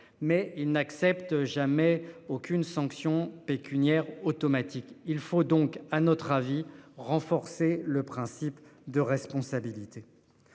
mais ils n'acceptent jamais aucune sanction pécuniaires automatique, il faut donc à notre avis renforcer le principe de responsabilité.